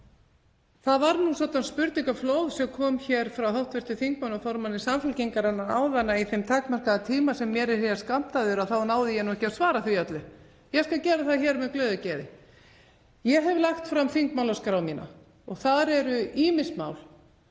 Það var nú svoddan spurningaflóð sem kom hér frá hv. þingmanni og formanni Samfylkingarinnar áðan að á þeim takmarkaða tíma sem mér er skammtaður náði ég ekki að svara því öllu. Ég skal gera það hér með glöðu geði. Ég hef lagt fram þingmálaskrá mína þar sem eru ýmis mál.